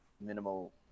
minimal